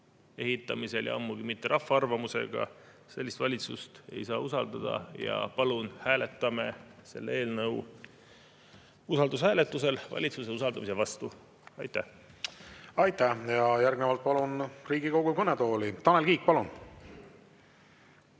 ehitamisel ja ammugi mitte rahva arvamusega, ei saa usaldada. Palun hääletame selle eelnõu usaldushääletusel valitsuse usaldamise vastu. Aitäh! Aitäh! Järgnevalt palun Riigikogu kõnetooli Tanel Kiige. Palun!